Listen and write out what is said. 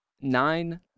nine